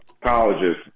colleges